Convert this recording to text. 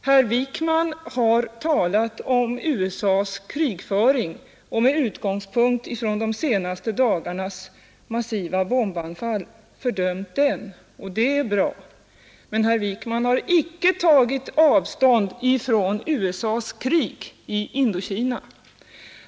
Herr Wijkman har talat om USA:s krigföring, och med utgångspunkt i de senaste dagarnas massiva bombanfall fördömt den. Det är bra. Men herr Wijkman har icke tagit avstånd från USA:s krig i Indokina.